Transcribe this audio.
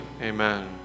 Amen